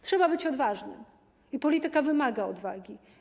Trzeba być odważnym i polityka wymaga odwagi.